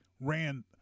ran